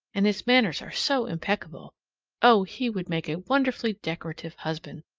and his manners are so impeccable oh, he would make a wonderfully decorative husband!